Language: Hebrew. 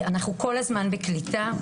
אנחנו כל הזמן בקליטה.